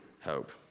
hope